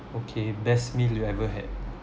okay best meal you ever had